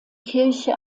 kirche